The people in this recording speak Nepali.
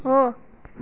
हो